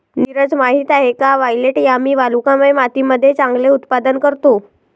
नीरज माहित आहे का वायलेट यामी वालुकामय मातीमध्ये चांगले उत्पादन करतो?